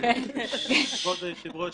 כבוד היושב-ראש,